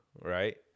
right